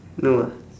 no ah